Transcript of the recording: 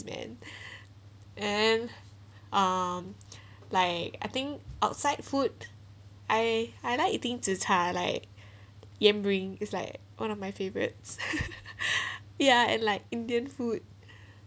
then and um like I think outside food I I like eating zhi cha like yam ring is like one of my favorites ya and like indian food